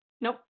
Nope